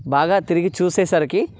బాగా తిరిగి చూసేసరికి